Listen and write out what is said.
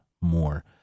more